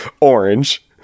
orange